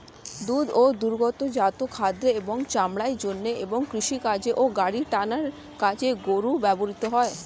দুধ ও দুগ্ধজাত খাদ্য ও চামড়ার জন্য এবং কৃষিকাজ ও গাড়ি টানার কাজে গরু ব্যবহৃত হয়